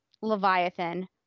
Leviathan